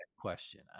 question